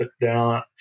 down